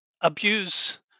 abuse